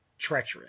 treacherous